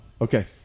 Okay